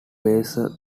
basal